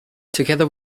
together